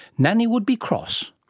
nanny would be cross,